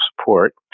support